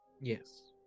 Yes